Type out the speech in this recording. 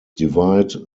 divide